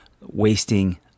wasting